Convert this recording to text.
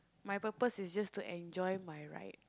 my purpose to just to enjoy my life